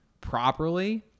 properly